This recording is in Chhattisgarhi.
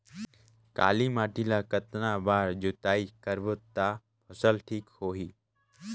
काली माटी ला कतना बार जुताई करबो ता फसल ठीक होती?